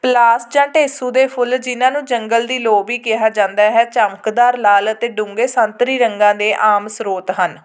ਪਲਾਸ਼ਚਾਟੇ ਸੂਧੇ ਫੁੱਲ ਜਿਨ੍ਹਾਂ ਨੂੰ ਜੰਗਲ ਦੀ ਲੋ ਵੀ ਕਿਹਾ ਜਾਂਦਾ ਹੈ ਚਮਕਦਾਰ ਲਾਲ ਅਤੇ ਡੂੰਘੇ ਸੰਤਰੀ ਰੰਗਾਂ ਦੇ ਆਮ ਸਰੋਤ ਹਨ